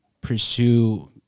pursue